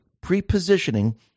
pre-positioning